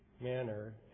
manner